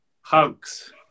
hugs